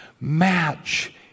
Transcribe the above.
match